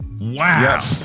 wow